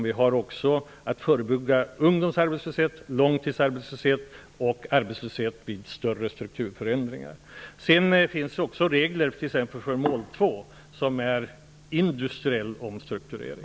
Vi skall också förebygga ungdomsarbetslöshet, långtidsarbetslöshet och arbetslöshet vid större strukturförändringar. Det finns också regler för t.ex. mål 2 som gäller industriell omstrukturering.